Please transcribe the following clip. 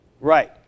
Right